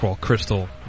crystal